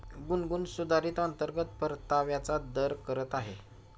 गुनगुन सुधारित अंतर्गत परताव्याचा दर करत आहे